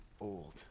old